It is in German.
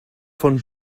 von